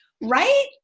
Right